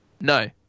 No